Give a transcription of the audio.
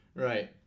Right